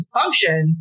function